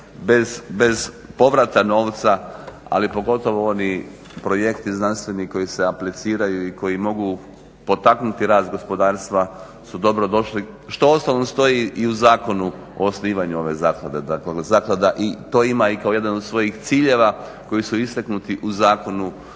bez povrata novca ali pogotovo oni projekti znanstveni koji se apliciraju i koji mogu potaknuti rast gospodarstva su dobro došli što uostalom stoji i u Zakonu o osnivanju ove zaklade. Dakle, zaklada to ima i kao jedan od svojih ciljeva koji su istaknuti u Zakonu